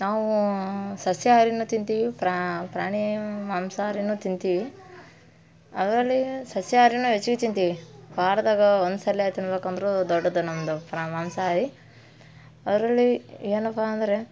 ನಾವು ಸಸ್ಯಹಾರಿನೂ ತಿಂತೀವಿ ಪ್ರಾಣಿ ಮಾಂಸಹಾರಿನೂ ತಿಂತೀವಿ ಅದ್ರಲ್ಲಿ ಸಸ್ಯಹಾರಿನ ಹೆಚ್ಚಿಗೆ ತಿಂತೀವಿ ವಾರ್ದಾಗೆ ಒಂದು ಸಲಿ ತಿನ್ನಬೇಕಂದ್ರೂ ದೊಡ್ಡದು ನಮ್ಮದು ಪ್ರಾ ಮಾಂಸಹಾರಿ ಅದರಲ್ಲಿ ಏನಪ್ಪ ಅಂದರೆ